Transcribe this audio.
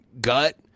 gut